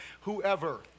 whoever